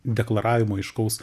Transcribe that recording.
deklaravimo aiškaus